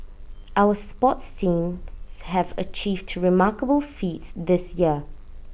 our sports teams have achieved to remarkable feats this year